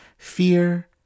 Fear